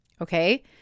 Okay